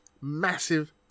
Massive